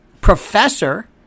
professor